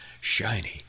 shiny